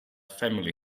family